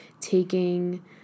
taking